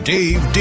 Dave